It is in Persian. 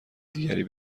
دیگری